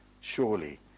surely